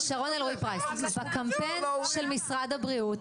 שרון אומרת קמפיין של משרד הבריאות,